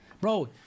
bro